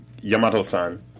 Yamato-san